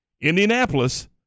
Indianapolis